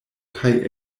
kaj